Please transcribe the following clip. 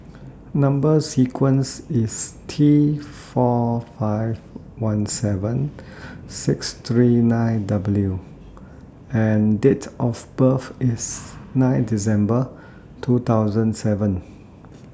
Number sequence IS T four five one seven six three nine W and Date of birth IS nine December two thousand seven